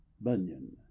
Bunyan